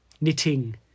Knitting